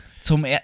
Zum